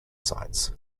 sites